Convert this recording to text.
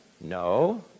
No